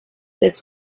this